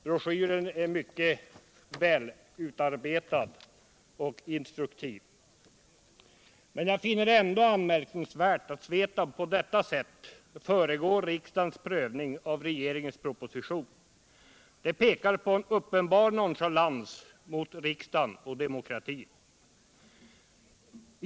Broschyren är mycket väl utarbetad och instruktiv. Jag finner det anmärkningsvärt att SVETAB på detta sätt föregriper riksdagens prövning av regeringens proposition. Det visar en uppenbar nonchalans mot riksdagen och demokratin.